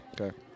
Okay